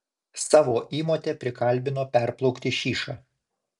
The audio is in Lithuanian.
savo įmotę prikalbino perplaukti šyšą